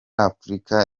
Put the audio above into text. afurika